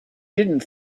didn’t